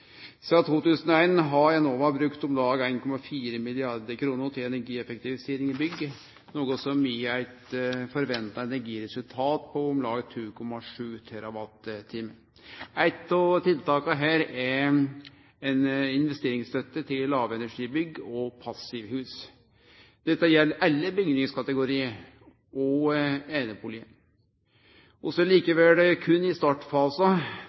Sidan 2001 har Enova brukt om lag 1,4 mrd. kr til energieffektivisering i bygg, noko som gir eit forventa energiresultat på om lag 2,7 TWh. Eit av tiltaka her er ei investeringsstøtte til lågenergibygg og passivhus. Dette gjeld alle bygningskategoriar – òg einebustader. Vi er likevel berre i startfasen for lågenergi- og